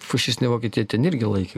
fašistinė vokietija ten irgi laikė